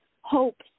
hopes